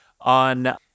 on